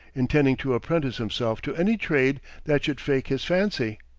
intending to apprentice himself to any trade that should fake his fancy.